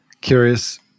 curious